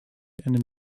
and